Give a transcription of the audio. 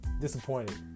disappointed